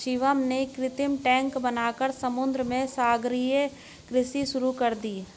शिवम ने कृत्रिम टैंक बनाकर समुद्र में सागरीय कृषि शुरू कर दी